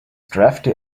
drafty